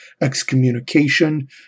excommunication